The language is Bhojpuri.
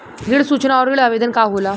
ऋण सूचना और ऋण आवेदन का होला?